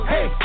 Hey